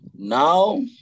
Now